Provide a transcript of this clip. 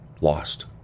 lost